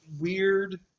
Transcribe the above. weird